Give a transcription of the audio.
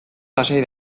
lasai